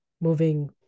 moving